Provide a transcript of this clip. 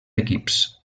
equips